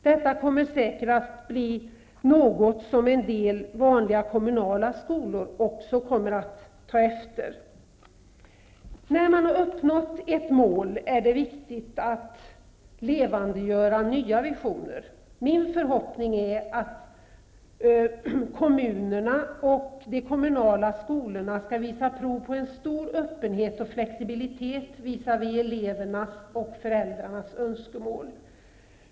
Detta kommer säkert att bli något som en del vanliga kommunala skolor också kommer att ta efter. När man har uppnått ett mål är det viktigt att levandegöra nya visioner. Min förhoppning är att kommunerna och de kommunala skolorna skall visa prov på en stor öppenhet och flexibilitet visavi elevernas och föräldrarnas önskemål.